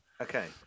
Okay